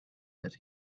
that